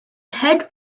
head